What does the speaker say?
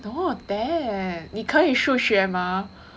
no ten 你可以数学吗